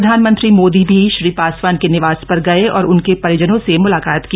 प्रधानमंत्री मोदी भी श्री पासवान के निवास पर गए और उनके परिजनों से मुलाकात की